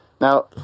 Now